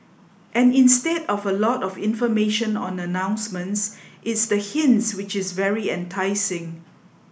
and instead of a lot of information on announcements it's the hints which is very enticing